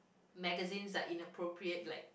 magazines are inappropriate like